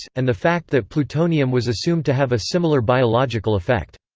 and the fact that plutonium was assumed to have a similar biological effect.